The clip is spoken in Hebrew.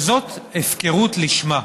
וזאת הפקרות לשמה.